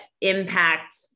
impact